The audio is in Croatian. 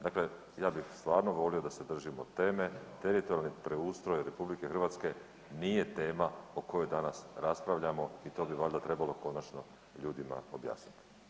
Dakle, ja bih stvarno molio da se držimo teme – teritorijalni preustroj RH nije tema o kojoj danas raspravljamo i to bi valjda trebalo konačno ljudima objasniti.